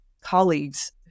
colleagues